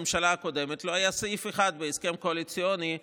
בממשלה הקודמת לא היה סעיף אחד בהסכם קואליציוני,